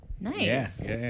Nice